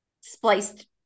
spliced